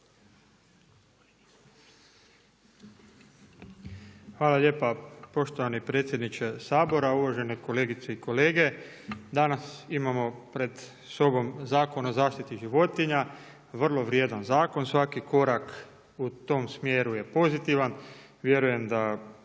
Hvala lijepa poštovani predsjedniče Sabora. Uvažene kolegice i kolege, danas imamo pred sobom zakon o zaštiti životinja, vrlo vrijedan zakon, svaki korak u tom smjeru je pozitivan,